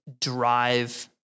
drive